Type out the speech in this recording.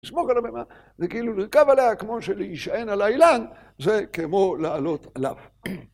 לסמוך על הבמה, כאילו לרכב עליה כמו שלהישען על האילן, זה כמו לעלות עליו.